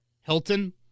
Hilton